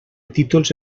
títols